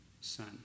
son